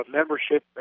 membership